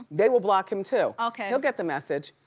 they will block him, too. okay. he'll get the message.